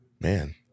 Man